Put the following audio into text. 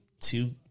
two